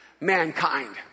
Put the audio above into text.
mankind